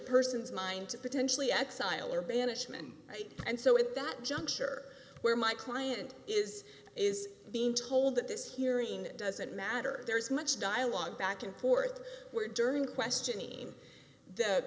person's mind to potentially exile or banishment and so at that juncture where my client is is being told that this hearing doesn't matter there's much dialogue back and forth where during questioning